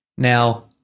Now